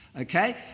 Okay